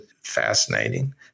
Fascinating